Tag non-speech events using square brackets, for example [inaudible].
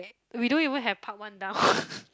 we don't even have part one down [laughs]